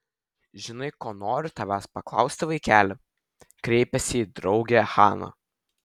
žinai ko noriu tavęs paklausti vaikeli kreipėsi į draugę hana